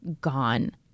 gone